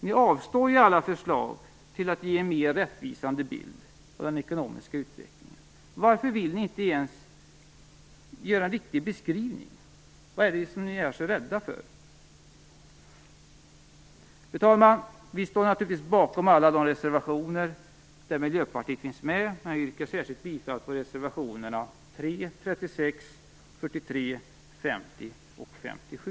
Ni avslår alla förslag till att ge en mer rättvisande bild av den ekonomiska utvecklingen. Varför vill ni inte ens göra en riktig beskrivning? Vad är det ni är så rädda för? Fru talman! Vi står naturligtvis bakom alla de reservationer där Miljöpartiet finns med. Jag yrkar särskilt bifall till reservationerna 3, 36, 43, 50 och 57.